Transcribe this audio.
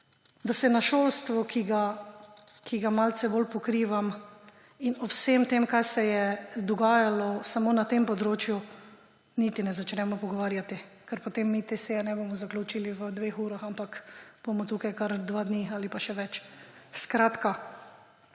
Da se o šolstvu, ki ga malce bolj pokrivam, in o vsem tem, kar se je dogajalo samo na tem področju, niti ne začnemo pogovarjati, ker potem te seje ne bomo zaključili v dveh urah, ampak bomo tukaj kar dva dneva ali pa še več. Skratka,